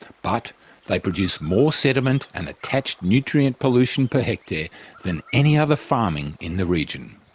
but they produce more sediment and attached nutrient pollution per hectare than any other farming in the region.